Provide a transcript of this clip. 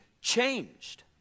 changed